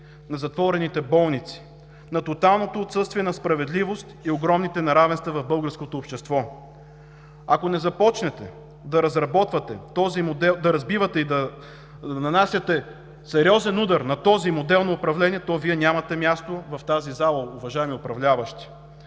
на затворените болници, на тоталното отсъствие на справедливост и огромните неравенства в българското общество. Ако не започнете да разбивате и да нанасяте сериозен удар на този модел на управление, то Вие нямате място в тази зала, уважаеми управляващи!